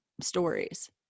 stories